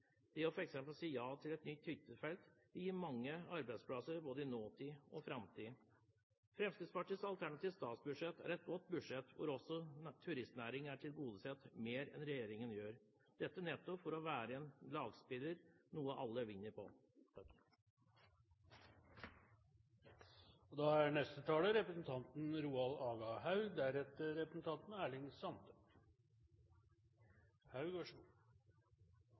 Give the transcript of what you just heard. Det å f.eks. si ja til et nytt hyttefelt gir mange arbeidsplasser både i nåtid og framtid. Fremskrittspartiets alternative statsbudsjett er et godt budsjett, hvor også turistnæringen er tilgodesett i større grad enn av regjeringen – dette nettopp for å være en lagspiller, noe alle vinner på. Vi skal framleis skapa og